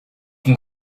can